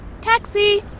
Taxi